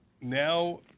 now